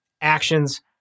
actions